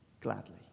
gladly